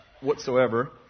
whatsoever